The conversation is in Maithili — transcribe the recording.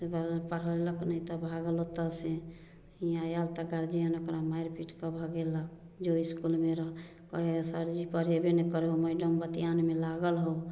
पढेलक नहि तऽ भागल ओतऽ से हियाँ आयल तऽ गार्जियन ओकरा मारि पीट कऽ भगेलक जो इसकुलमे रह कहै है सर जी पढेबे नहि करै है मैडम बतियानमे लागल हौ